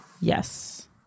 Yes